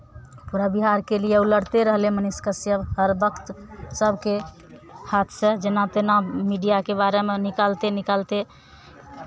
पूरा बिहारके लिए ओ लड़िते रहलै मनीष कश्यप हर वक्त सभके हाथसँ जेना तेना मीडियाके बारेमे निकालिते निकालिते